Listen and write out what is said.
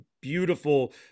beautiful